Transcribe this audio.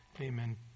Amen